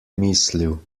mislil